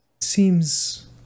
seems